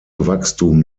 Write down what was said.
wachstum